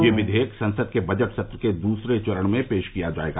यह विधेयक संसद के बजट सत्र के दूसरे चरण में पेश किया जायेगा